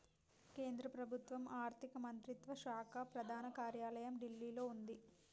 కేంద్ర ప్రభుత్వం ఆర్ధిక మంత్రిత్వ శాఖ ప్రధాన కార్యాలయం ఢిల్లీలో వుంది